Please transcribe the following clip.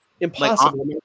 impossible